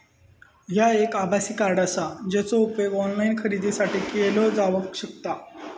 ह्या एक आभासी कार्ड आसा, जेचो उपयोग ऑनलाईन खरेदीसाठी केलो जावक शकता